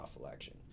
election